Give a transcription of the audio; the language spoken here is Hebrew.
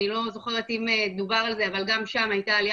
אני לא זוכרת אם דובר על זה אבל גם שם הייתה עליה